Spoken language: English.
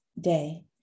day